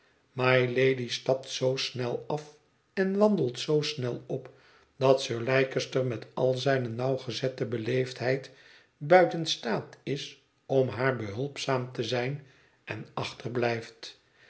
mylady stapt zoo snel af en wandelt zoo snel op dat sir leicester met al zijne nauwgezette beleefdheid buiten staat is om haar behulpzaam te zijn en achterblijft